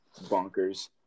Bonkers